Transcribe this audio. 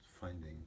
finding